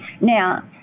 Now